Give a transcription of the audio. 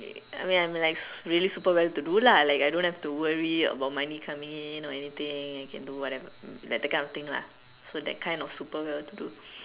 I mean I'm like really super well to do lah like I don't have to worry about money coming in or anything I can do whatever like that kind of thing lah so that kind of super well to do